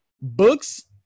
Books